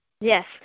Yes